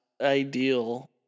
ideal